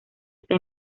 esta